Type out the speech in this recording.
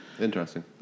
Interesting